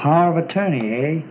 power of attorney